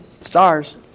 stars